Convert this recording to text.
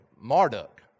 Marduk